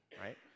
Right